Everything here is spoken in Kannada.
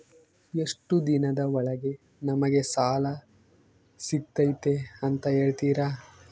ಎಷ್ಟು ದಿನದ ಒಳಗೆ ನಮಗೆ ಸಾಲ ಸಿಗ್ತೈತೆ ಅಂತ ಹೇಳ್ತೇರಾ?